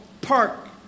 park